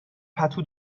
پتو